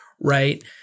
right